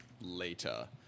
later